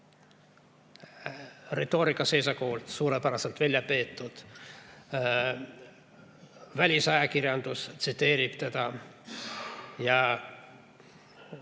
retoorikas suurepäraselt väljapeetud. Välisajakirjandus tsiteerib teda.